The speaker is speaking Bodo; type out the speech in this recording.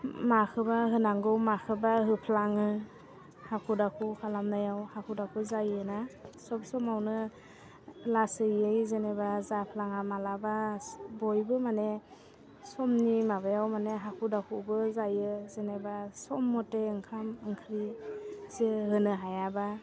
माखौबा होनांगौ माखौबा होफ्लाङो हाखु दाखु खालामनायाव हाखु दाखु जायोना सब समावनो लासैयै जेनेबा जाफ्लाङा मालाबा बयबो माने समनि माबायाव माने हाखु दाखुबो जायो जेनेबा सम मथे ओंखाम ओंख्रि जे होनो हायाबा